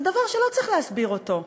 זה דבר שלא צריך להסביר אותו,